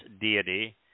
deity